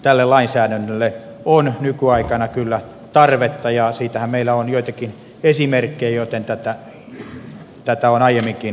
tälle lainsäädännölle on nykyaikana kyllä tarvetta ja siitähän meillä on joitakin esimerkkejä joten tätä on aiemminkin järjestelty